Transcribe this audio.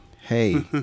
hey